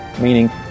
meaning